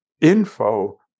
info